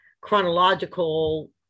chronological